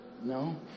No